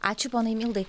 ačiū poniai mildai